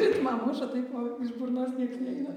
ritmą muša taip o iš burnos nieks neina